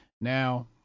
Now